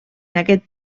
aquest